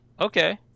Okay